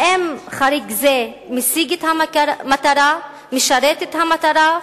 האם חריג זה משיג את המטרה, משרת את המטרה?